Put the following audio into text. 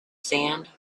sand